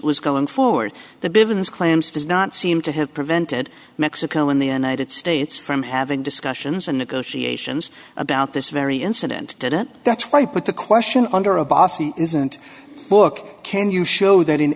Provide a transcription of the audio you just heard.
ensuite was going forward the buildings claims does not seem to have prevented mexico in the united states from having discussions and negotiations about this very incident did it that's why i put the question under abbassi isn't book can you show that in